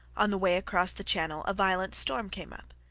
on the way across the channel a violent storm came up.